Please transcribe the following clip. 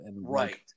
Right